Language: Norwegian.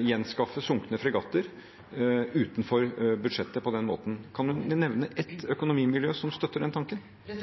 gjenskaffe sunkne fregatter utenfor budsjettet på den måten? Kan hun nevne ett økonomimiljø som støtter den tanken? Jeg